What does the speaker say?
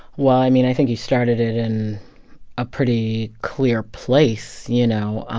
well, i mean, i think you started it in a pretty clear place, you know.